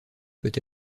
peut